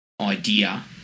idea